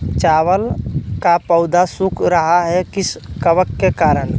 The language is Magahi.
चावल का पौधा सुख रहा है किस कबक के करण?